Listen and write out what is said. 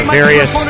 various